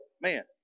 Man